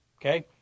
Okay